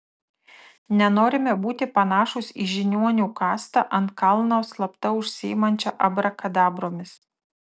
nenorime būti panašūs į žiniuonių kastą ant kalno slapta užsiimančią abrakadabromis